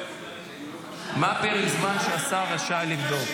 מה פרק הזמן שהשר רשאי לבדוק?